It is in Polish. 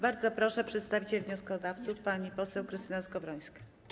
Bardzo proszę, przedstawiciel wnioskodawców pani poseł Krystyna Skowrońska.